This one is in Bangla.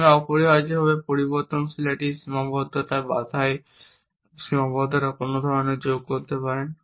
আমি অপরিহার্যভাবে পরিবর্তনশীল একটি সীমাবদ্ধতা বাঁধাই সীমাবদ্ধতা কোনো ধরনের যোগ করতে পারেন